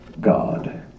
God